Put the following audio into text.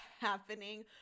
happening